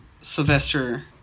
Sylvester